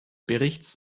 berichts